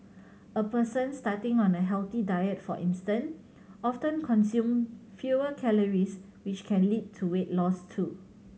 a person starting on a healthy diet for instance often consume fewer calories which can lead to weight loss too